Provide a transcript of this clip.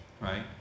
right